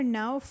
now